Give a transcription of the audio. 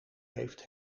heeft